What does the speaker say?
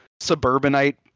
suburbanite